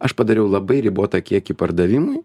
aš padariau labai ribotą kiekį pardavimui